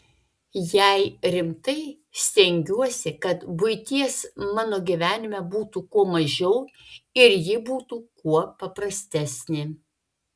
jei rimtai stengiuosi kad buities mano gyvenime būtų kuo mažiau ir ji būtų kuo paprastesnė